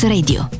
Radio